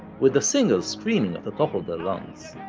with the singers screaming at the top of their lungs.